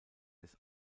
des